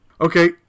Okay